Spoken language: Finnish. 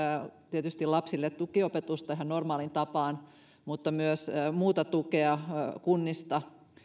tietysti lapsille tukiopetusta ihan normaaliin tapaan mutta myös muuta tukea kunnista